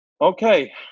okay